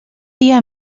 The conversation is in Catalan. dia